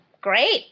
great